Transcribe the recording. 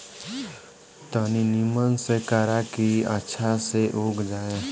तनी निमन से करा की अच्छा से उग जाए